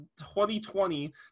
2020